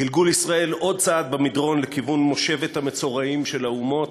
גלגול ישראל עוד צעד במדרון לכיוון מושבת המצורעים של האומות,